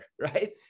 right